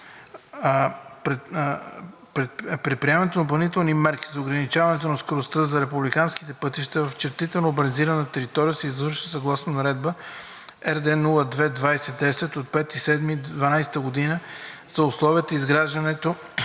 Предприемането на допълнителни мерки за ограничаване на скоростта по републиканските пътища в чертите на урбанизирана територия се извършва съгласно Наредба № РД-02-20-10 от 5 юли 2012 г. за условията за изграждане